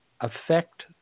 affect